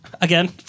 Again